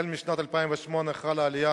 משנת 2008 חלה עלייה